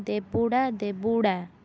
ଦେବୁଡ଼ା ଦେବୁଡ଼ା